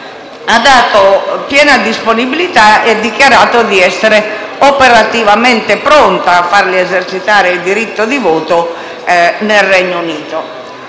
ha dato piena disponibilità e ha dichiarato di essere operativamente pronta a far loro esercitare il diritto di voto nel Regno Unito.